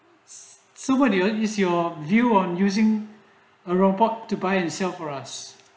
so what do you what is your view on using a robot to buy and sell for us